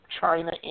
China